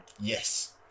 yes